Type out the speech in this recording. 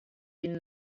been